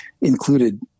included